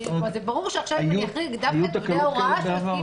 ברור שעכשיו אם נחריג דווקא את עובדי ההוראה ספציפית,